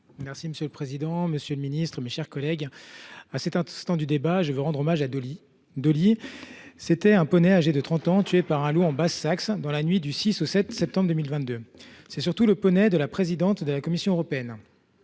Monsieur le président, monsieur le ministre, mes chers collègues, à cet instant du débat, je veux rendre hommage à Dolly. Dolly ? C’était un poney âgé de 30 ans, tué par un loup en Basse Saxe, dans la nuit du 6 au 7 septembre 2022. C’était surtout le poney de la présidente de la Commission européenne.